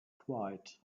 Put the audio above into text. quiet